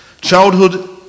Childhood